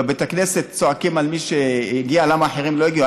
בבית הכנסת צועקים על מי שהגיע למה אחרים לא הגיעו,